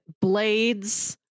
blades